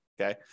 okay